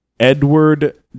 Edward